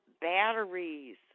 batteries